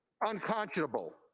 unconscionable